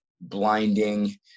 blinding